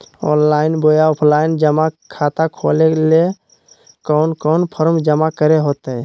Online बोया offline जमा खाता खोले ले कोन कोन फॉर्म जमा करे होते?